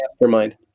Mastermind